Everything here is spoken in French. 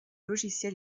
logiciel